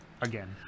again